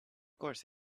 course